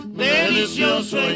delicioso